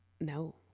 No